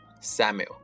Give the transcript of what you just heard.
Samuel